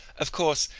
of course,